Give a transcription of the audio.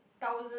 thousand